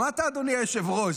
שמעת, אדוני היושב-ראש?